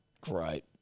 Great